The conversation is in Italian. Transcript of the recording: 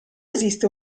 esiste